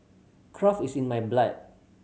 craft is in my blood